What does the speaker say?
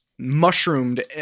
mushroomed